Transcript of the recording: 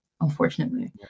unfortunately